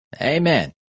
Amen